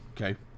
okay